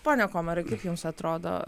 pone komarai kaip jums atrodo